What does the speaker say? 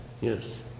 Yes